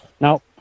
No